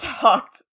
talked